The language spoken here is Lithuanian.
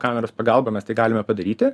kameros pagalba mes tai galime padaryti